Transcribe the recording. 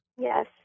Yes